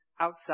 outside